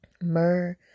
Myrrh